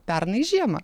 pernai žiemą